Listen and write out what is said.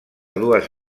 dues